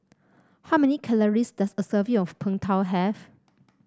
how many calories does a serving of Png Tao have